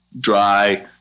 dry